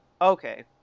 Okay